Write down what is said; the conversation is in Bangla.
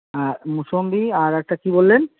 মোসম্বি আর একটা কি বললেন